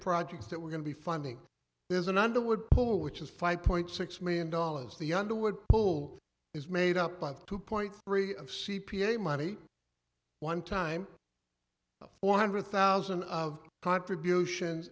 projects that we're going to be funding is an underwood pool which is five point six million dollars the underwood full is made up of two point three of c p a money one time four hundred thousand of contributions